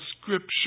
Scripture